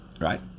right